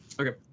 Okay